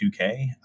2k